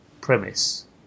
premise